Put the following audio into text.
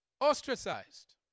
Ostracized